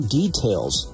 details